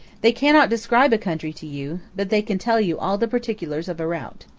they cannot describe a country to you, but they can tell you all the particulars of a route.